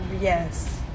Yes